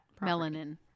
melanin